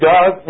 God